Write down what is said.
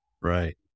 Right